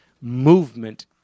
Movement